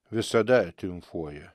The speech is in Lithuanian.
visada triumfuoja